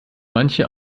manche